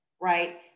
right